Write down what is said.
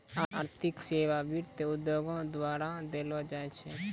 आर्थिक सेबा वित्त उद्योगो द्वारा देलो जाय छै